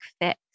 fix